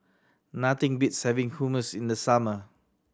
nothing beats having Hummus in the summer